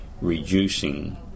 reducing